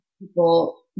people